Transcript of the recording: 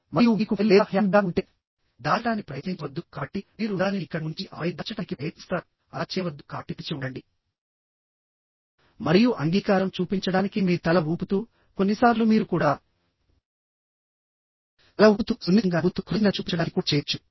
మరియు మీకు ఫైల్ లేదా హ్యాండ్బ్యాగ్ ఉంటే దాచడానికి ప్రయత్నించవద్దుకాబట్టి మీరు దానిని ఇక్కడ ఉంచి ఆపై దాచడానికి ప్రయత్నిస్తారు అలా చేయవద్దు కాబట్టి తెరిచి ఉండండి మరియు అంగీకారం చూపించడానికి మీ తల ఊపుతూ కొన్నిసార్లు మీరు కూడా తల ఊపుతూ సున్నితంగా నవ్వుతూకృతజ్ఞత చూపించడానికి కూడా చేయవచ్చు